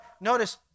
Notice